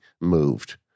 moved